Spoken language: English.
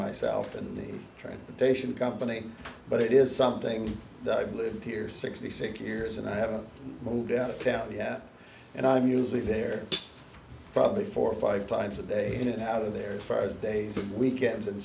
myself and transportation company but it is something that i've lived here sixty six years and i haven't moved out of town yeah and i'm using there probably four or five times a day in and out of there five days of weekends and